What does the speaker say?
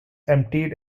emptied